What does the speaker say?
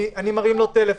אני מרים לו טלפון,